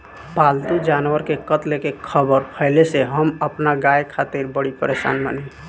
पाल्तु जानवर के कत्ल के ख़बर फैले से हम अपना गाय खातिर बड़ी परेशान बानी